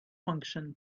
function